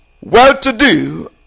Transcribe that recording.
well-to-do